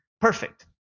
perfect